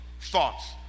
thoughts